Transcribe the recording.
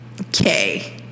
Okay